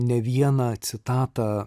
ne vieną citatą